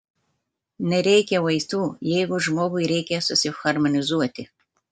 nereikia vaistų jeigu žmogui reikia susiharmonizuoti